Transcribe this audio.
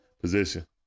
position